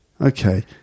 okay